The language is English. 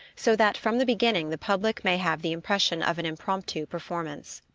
so that from the beginning the public may have the impression of an impromptu performance.